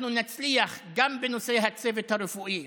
אנחנו נצליח גם בנושא הצוות הרפואי,